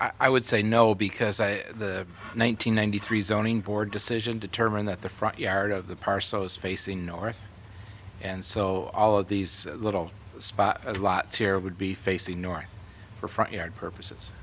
i would say no because i the one thousand nine hundred three zoning board decision determined that the front yard of the parcel was facing north and so all of these little spot lots here would be facing north for front yard purposes